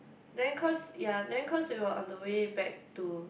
then cause ya then cause we on the way back to